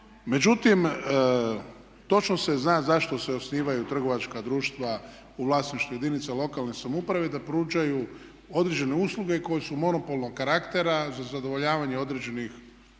Međutim, točno se zna zašto se osnivaju trgovačka društva u vlasništvu jedinica lokalne samouprave da pružaju određene usluge koje su monopolnog karaktera za zadovoljavanje određenih potreba